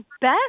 best